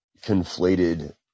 conflated